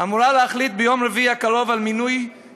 אמורה להחליט ביום רביעי הקרוב על מינויים